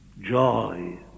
Joy